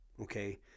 okay